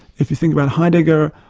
if you think about heidegger,